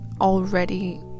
already